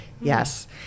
yes